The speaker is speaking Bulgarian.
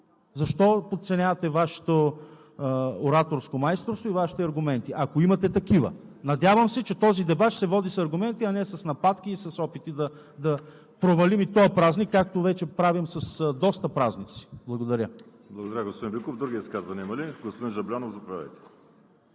Защо подценявате Вашето ораторско майсторство и Вашите аргументи, ако имате такива? Надявам се, че този дебат ще се води с аргументи, а не с нападки и с опити да провалим и този празник, както вече правим с доста празници. Благодаря. ПРЕДСЕДАТЕЛ ВАЛЕРИ СИМЕОНОВ: Благодаря, господин Биков. Други изказвания има ли? Господин Жаблянов, заповядайте.